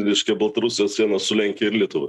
reiškia baltarusijos sienos su lenkija ir lietuva